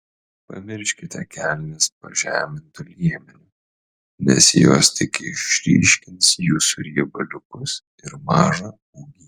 pamirškite kelnes pažemintu liemeniu nes jos tik išryškins jūsų riebaliukus ir mažą ūgį